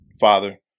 father